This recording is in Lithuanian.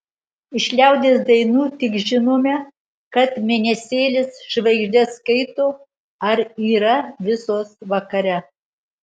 iš liaudies dainų tik žinome kad mėnesėlis žvaigždes skaito ar yra visos vakare